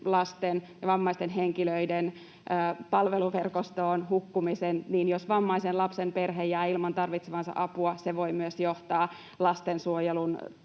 lasten ja vammaisten henkilöiden palveluverkostoon hukkumiseen. Jos vammaisen lapsen perhe jää ilman tarvitsemaansa apua, se voi myös johtaa lastensuojelun